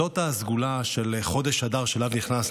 זאת הסגולה של חודש אדר, שאליו נכנסנו.